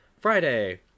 Friday